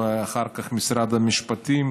ואחר כך משרד המשפטים,